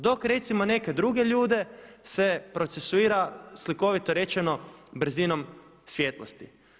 Dok recimo neke druge ljude se procesuira slikovito rečeno brzinom svjetlosti.